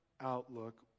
outlook